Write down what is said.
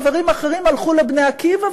חברים אחרים הלכו ל"בני עקיבא",